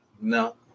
No